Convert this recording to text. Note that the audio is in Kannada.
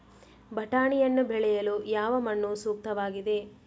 ಬಟಾಣಿಯನ್ನು ಬೆಳೆಯಲು ಯಾವ ಮಣ್ಣು ಸೂಕ್ತವಾಗಿದೆ?